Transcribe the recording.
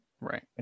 right